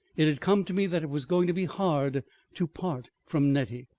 it had come to me that it was going to be hard to part from nettie.